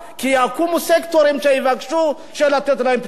כי יקומו סקטורים שיבקשו לתת להם פטור.